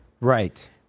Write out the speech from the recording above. right